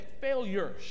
failures